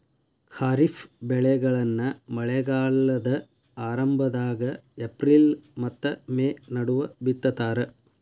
ಖಾರಿಫ್ ಬೆಳೆಗಳನ್ನ ಮಳೆಗಾಲದ ಆರಂಭದಾಗ ಏಪ್ರಿಲ್ ಮತ್ತ ಮೇ ನಡುವ ಬಿತ್ತತಾರ